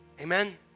Amen